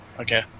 Okay